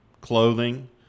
clothing